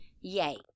yay